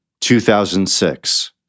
2006